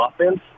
offense